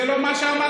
זה לא מה שאמרתי.